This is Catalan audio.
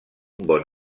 bon